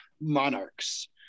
Monarchs